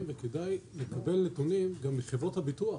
וכדאי לקבל נתונים גם מחברות הביטוח,